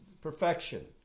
perfection